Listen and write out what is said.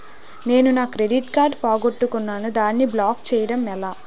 నేను నా credit card పోగొట్టుకున్నాను దానిని బ్లాక్ చేయడం ఎలా?